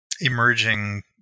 emerging